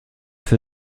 für